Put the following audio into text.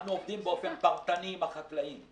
אנחנו עובדים באופן פרטני עם החקלאים.